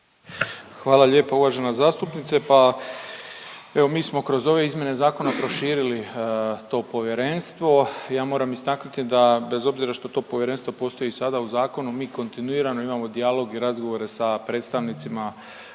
Hvala lijepo uvažena zastupnice, pa evo mi smo kroz ove izmjene zakona proširili to povjerenstvo. Ja moram istaknuti da bez obzira što to povjerenstvo postoji i sada u zakonu mi kontinuirano imamo dijalog i razgovore sa predstavnicima,